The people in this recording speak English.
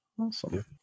Awesome